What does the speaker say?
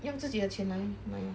用自己的钱来买